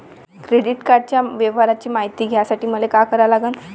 Credit कार्डाच्या व्यवहाराची मायती घ्यासाठी मले का करा लागन?